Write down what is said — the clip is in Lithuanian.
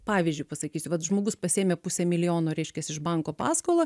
pavyzdžiui pasakysiu vat žmogus pasiėmė pusę milijono reiškias iš banko paskolą